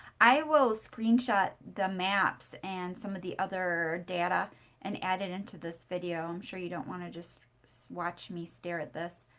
i will screenshot the maps and some of the other data and add it into this video. i'm sure you don't want to just watch me stare at this.